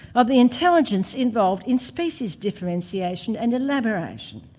of the intelligence involved in species differentiation and elaboration?